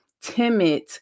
timid